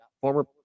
former